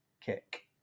kick